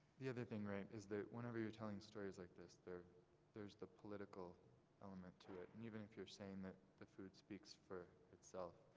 the other thing right, is that whenever you're telling stories like this, there's the political element to it, and even if you're saying that the food speaks for itself,